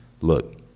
look